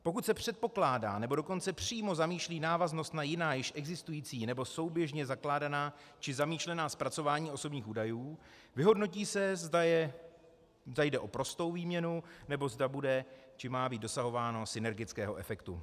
Pokud se předpokládá, nebo dokonce přímo zamýšlí návaznost na jiná již existující nebo souběžně zakládaná či zamýšlená zpracování osobních údajů, vyhodnotí se, zda jde o prostou výměnu, či zda bude nebo má být dosahováno synergického efektu.